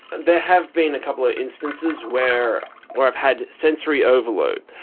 there have been a couple of instances where where i've had sensory overload.